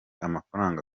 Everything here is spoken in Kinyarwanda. amafaranga